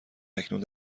اکنون